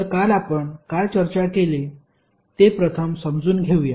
तर काल आपण काय चर्चा केली ते प्रथम समजून घेऊया